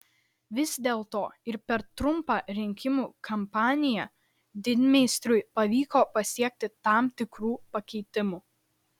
vis dėlto ir per trumpą rinkimų kampaniją didmeistriui pavyko pasiekti tam tikrų pakeitimų